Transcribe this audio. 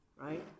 Right